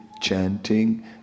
chanting